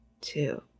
two